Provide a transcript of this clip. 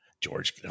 George